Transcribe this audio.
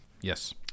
Yes